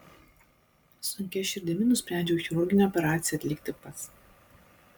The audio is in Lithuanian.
sunkia širdimi nusprendžiau chirurginę operaciją atlikti pats